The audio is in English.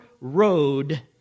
road